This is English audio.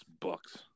bucks